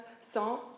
sans